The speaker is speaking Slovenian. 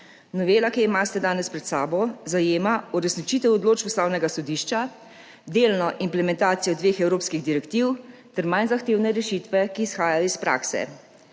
Novela, ki jo imate danes pred sabo, zajema uresničitev odločb Ustavnega sodišča, delno implementacijo dveh evropskih direktiv ter manj zahtevne rešitve, ki izhajajo iz prakse.